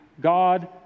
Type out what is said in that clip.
God